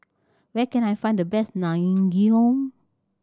where can I find the best Naengmyeon